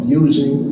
using